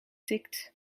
tikt